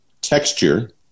texture